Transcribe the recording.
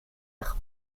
nach